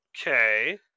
Okay